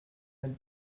and